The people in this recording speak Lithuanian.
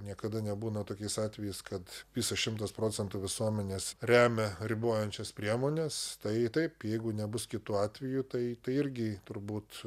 niekada nebūna tokiais atvejais kad visas šimtas procentų visuomenės remia ribojančias priemones tai taip jeigu nebus kitų atvejų tai irgi turbūt